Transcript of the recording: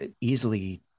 easily